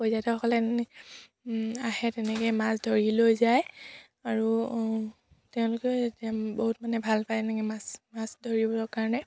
পৰ্যটকসকলে আহে তেনেকৈ মাছ ধৰি লৈ যায় আৰু তেওঁলোকে বহুত মানে ভাল পায় এনেকৈ মাছ ধৰিবৰ কাৰণে